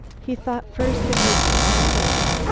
he thought first of his companions.